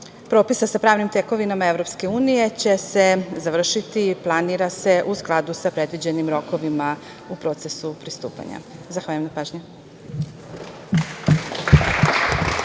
propisa sa pravnim tekovinama EU će se završiti, planira se, u skladu sa predviđenim rokovima u procesu pristupanja. Zahvaljujem na pažnji.